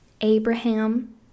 Abraham